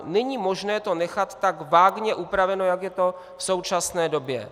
Není možné to nechat tak vágně upraveno, jak je to v současné době.